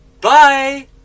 Bye